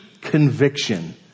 conviction